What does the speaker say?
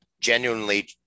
genuinely